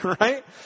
Right